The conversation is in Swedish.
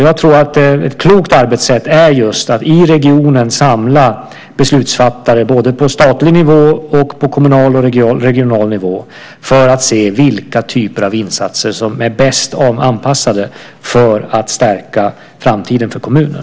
Jag tror att ett klokt arbetssätt är just att i regionen samla beslutsfattare både på statlig nivå och på kommunal och regional nivå för att se vilka typer av insatser som är bäst anpassade för att stärka framtiden för kommunen.